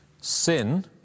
sin